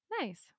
nice